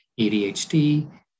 ADHD